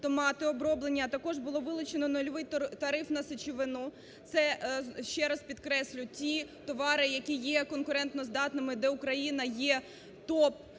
а також було вилучено нульовий тариф на сечовину. Це ще раз, підкреслюю, ті товари, які є конкурентоздатними, де Україна є